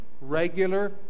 regular